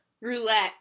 roulette